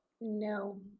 No